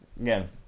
again